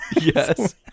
Yes